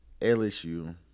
LSU